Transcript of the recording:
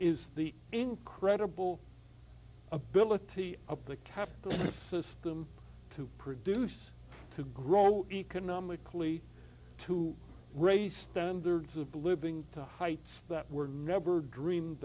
is the incredible ability of the capitalist system to produce to grow economically to raise standards of living to heights that were never dreamed